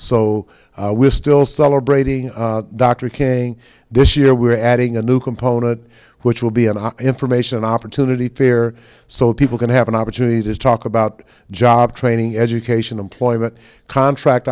so we're still celebrating dr king this year we're adding a new component which will be an information opportunity fair so people can have an opportunity to talk about job training education employment contract